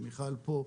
מיכל פה,